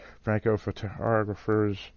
Franco-Photographer's